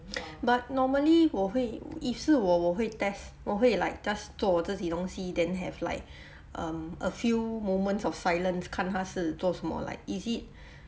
but normally 我会 if 是我我会 test 我会 like just 做我自己的东西 then have like um a few moments of silence 看他是做什么 like is it